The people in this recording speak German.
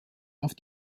auf